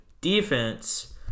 defense